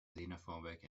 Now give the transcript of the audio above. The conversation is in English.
xenophobic